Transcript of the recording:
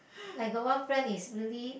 I got one friend is really